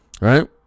Right